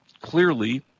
clearly